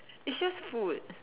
it's just food